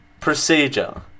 procedure